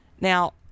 Now